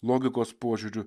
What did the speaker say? logikos požiūriu